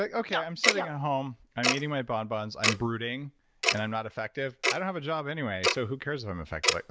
like okay, i'm sitting at home. i'm eating my bonbons. i'm brooding and i'm not effective. i don't have a job anyway so who cares if i'm effective? like